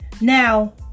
Now